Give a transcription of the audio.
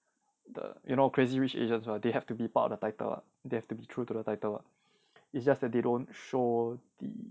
the you know crazy rich asians where they have to be part of the title they have to be true to the title it's just that they don't show the